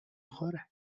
خوره